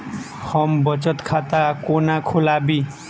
हम बचत खाता कोना खोलाबी?